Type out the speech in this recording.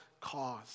cause